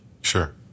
Sure